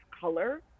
color